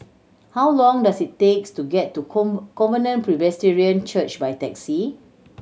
how long does it takes to get to Covenant Presbyterian Church by taxi